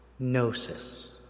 Gnosis